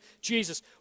Jesus